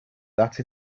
that